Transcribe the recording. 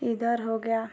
इधर हो गया